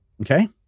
Okay